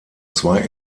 zwei